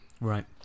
Right